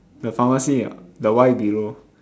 the pharmacy ah the y below